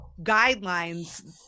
guidelines